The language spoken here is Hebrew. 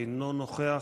אינו נוכח,